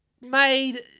made